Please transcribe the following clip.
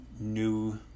new